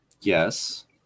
Yes